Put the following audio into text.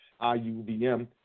IUBM